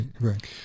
right